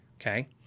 okay